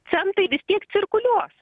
centai vis tiek cirkuliuos